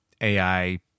AI